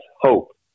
hope